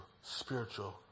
spiritual